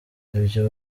ibyo